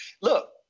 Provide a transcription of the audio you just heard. Look